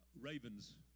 ravens